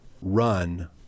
run